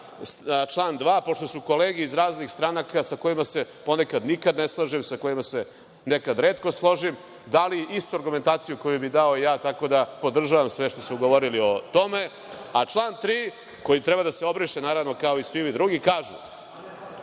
član 2, pošto su kolege iz raznih stranaka sa kojima se ponekad nikad ne slažem, sa kojima se nekad retko složim dali istu argumentaciju koju bih dao i ja, tako da podržavam sve što su govorili o tome. Član 3. koji treba da se obriše, naravno, kao i svi drugi, kaže